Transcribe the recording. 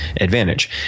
advantage